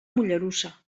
mollerussa